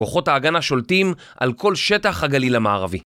כוחות ההגנה שולטים על כל שטח הגליל המערבי